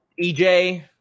EJ